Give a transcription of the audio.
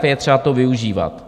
Je třeba to využívat.